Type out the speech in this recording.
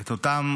את אותן